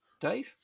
Dave